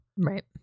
right